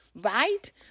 right